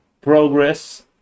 progress